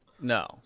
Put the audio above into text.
No